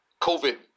COVID